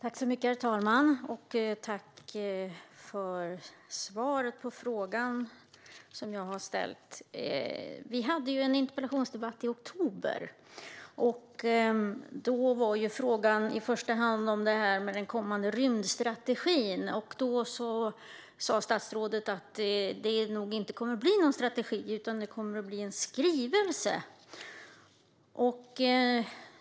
Herr talman! Jag tackar statsrådet för svaret. Vi hade en interpellationsdebatt i oktober, och då gällde frågan i första hand en kommande rymdstrategi. Då sa statsrådet att det nog inte skulle bli någon strategi utan en skrivelse.